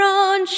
on